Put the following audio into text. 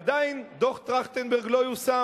עדיין דוח-טרכטנברג לא יושם,